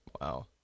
Wow